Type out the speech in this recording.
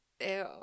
Ew